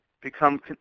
become